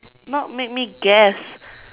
not make me guess